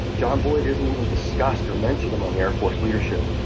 john body isn't even discussed or mentioned among air force leadership